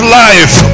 life